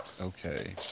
Okay